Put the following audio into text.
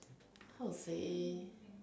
how to say